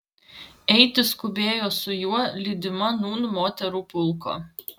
eiti skubėjo su juo lydima nūn moterų pulko